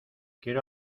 quiero